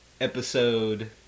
episode